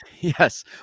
Yes